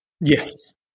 Yes